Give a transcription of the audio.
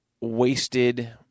wasted